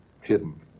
hidden